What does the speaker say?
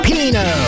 Pino